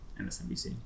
MSNBC